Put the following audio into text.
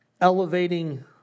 elevating